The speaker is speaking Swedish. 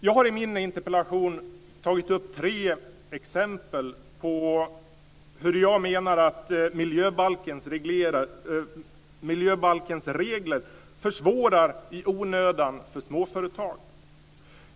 Jag har i min interpellation tagit upp tre exempel på hur, menar jag, miljöbalkens regler i onödan försvårar för småföretagen.